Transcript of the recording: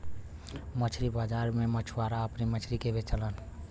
मछरी बाजार में मछुआरा अपने मछरी के बेचलन